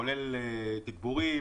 כולל תגבורים